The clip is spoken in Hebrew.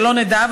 שלא נדע,